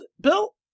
Bill